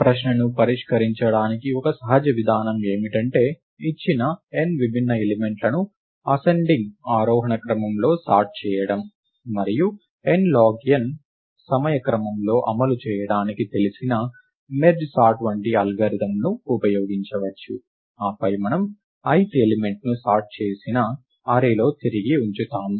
ప్రశ్నను పరిష్కరించడానికి ఒక సహజ విధానం ఏమిటంటే ఇచ్చిన n విభిన్న ఎలిమెంట్ లను అసెండింగ్ ఆరోహణ క్రమంలో సార్ట్ చేయడం మరియు n log n సమయ క్రమంలో అమలు చేయడానికి తెలిసిన మెర్జ్ సార్ట్ వంటి అల్గారిథమ్ను ఉపయోగించవచ్చు ఆపై మనము ith ఎలిమెంట్ ను సార్ట్ అయిన అర్రే లో తిరిగి ఉంచుతాము